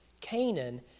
Canaan